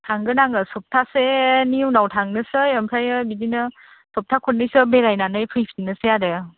थांगोन आङो सप्तासेनि उनाव थांनोसै ओमफ्राय बिदिनो सप्ता खननैसो बेरायनानै फैफिननोसै आरो